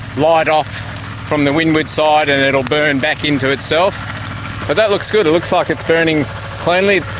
light off from the windward side and it will burn back into itself but that looks good. it looks like it's burning cleanly.